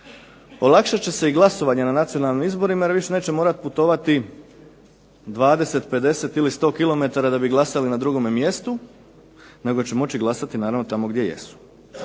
olakšat će se i glasovanje na nacionalnim izborima jer više neće morati putovati 20, 50 ili 100 km da bi glasali na drugome mjestu, nego će moći glasati naravno tamo gdje jesu.